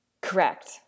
Correct